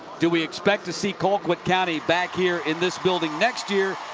do we expect to see colquitt county back here in this building next year?